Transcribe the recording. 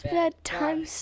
Bedtime